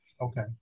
Okay